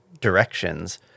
directions